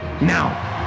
Now